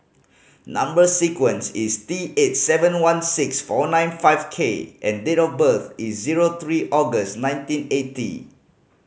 number sequence is T eight seven one six four nine five K and date of birth is zero three August nineteen eighty